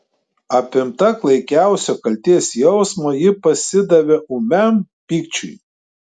apimta klaikiausio kaltės jausmo ji pasidavė ūmiam pykčiui